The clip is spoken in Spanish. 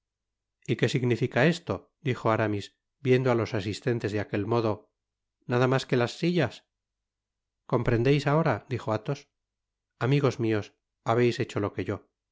y que significa esto dijo aramis viendo á ios asistentes de aquel modo nada mas que las sillas comprendeis ahora dijo athoa i i i amigos míos habeis hecho lo que yo